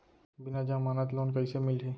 बिना जमानत लोन कइसे मिलही?